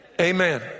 amen